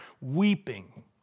weeping